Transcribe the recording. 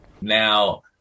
Now